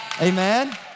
Amen